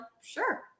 sure